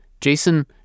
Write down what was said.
Jason